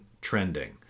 trending